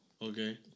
Okay